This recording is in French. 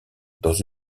dans